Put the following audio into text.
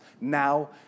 now